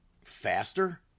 faster